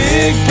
Big